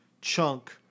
chunk